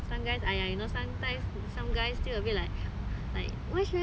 some guys !aiya! you know sometimes some guys still a bit like why should